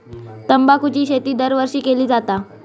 तंबाखूची शेती दरवर्षी केली जाता